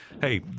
hey